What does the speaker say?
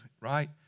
right